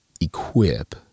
equip